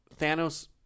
Thanos